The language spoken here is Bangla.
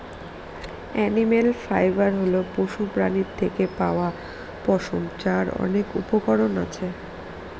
এনিম্যাল ফাইবার হল পশুপ্রাণীর থেকে পাওয়া পশম, যার অনেক উপকরণ আছে